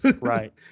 right